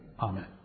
Amen